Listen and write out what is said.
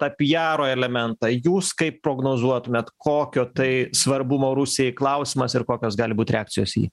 tą pjaro elementą jūs kaip prognozuotumėt kokio tai svarbumo rusijai klausimas ir kokios gali būt reakcijos į